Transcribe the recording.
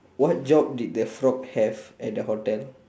what job did the frog have at the hotel